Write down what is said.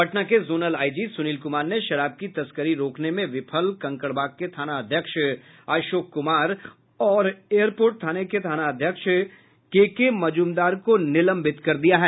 पटना के zonal IG Sunil Kumar ने शराब की तस्करी रोकने में विफल कंकड़बाग के थानाध्यक्ष अशोक कुमार और एयरपोर्ट थाने के थानाध्यक्ष केके मजूमदार को निलंबित कर दिया है